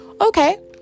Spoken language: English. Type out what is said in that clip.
Okay